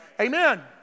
Amen